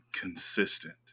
consistent